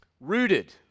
Rooted